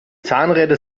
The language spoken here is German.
zahnräder